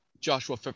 Joshua